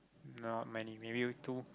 not many maybe two